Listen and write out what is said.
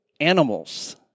animals